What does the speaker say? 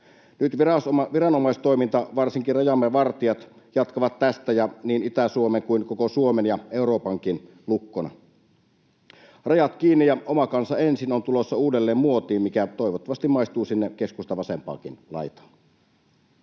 Nyt viranomaistoiminta — varsinkin rajamme vartijat — jatkaa tästä niin Itä-Suomen kuin koko Suomen ja Euroopankin lukkona. ”Rajat kiinni ja oma kansa ensin” on tulossa uudelleen muotiin, mikä toivottavasti maistuu sinne keskustalle ja vasemmallekin laidalle.